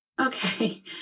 okay